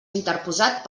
interposat